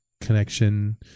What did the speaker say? connection